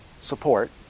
support